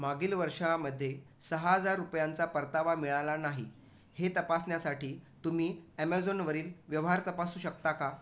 मागील वर्षामध्ये सहा हजार रुपयांचा परतावा मिळाला नाही हे तपासन्यासाठी तुम्ही ॲमेझॉनवरील व्यवहार तपासू शकता का